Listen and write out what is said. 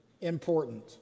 important